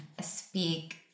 speak